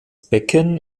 becken